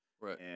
Right